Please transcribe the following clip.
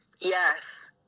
Yes